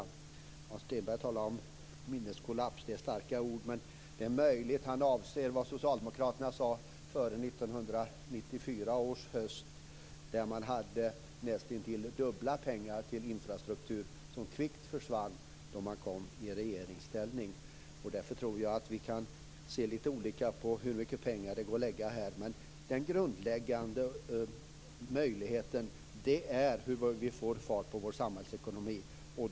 Hans Stenberg talade om minneskollaps. Det är starka ord, men det är möjligt att han avser det som socialdemokraterna sade före hösten 1994 då de föreslog nästintill dubbelt så mycket pengar till infrastruktur som kvickt försvann när de kom i regeringsställning. Därför tror jag att vi kan se lite olika på hur mycket pengar som det är möjligt att satsa här, men det grundläggande är att vi får fart på samhällsekonomin.